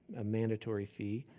a mandatory fee,